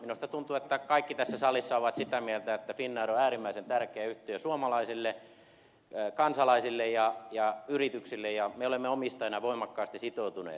minusta tuntuu että kaikki tässä salissa ovat sitä mieltä että finnair on äärimmäisen tärkeä yhtiö suomalaisille kansalaisille ja yrityksille ja me olemme omistajana voimakkaasti sitoutuneet